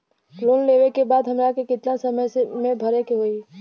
Loan लेवे के बाद हमरा के कितना समय मे भरे के होई?